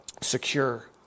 secure